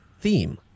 theme